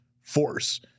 force